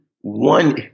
One